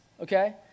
Okay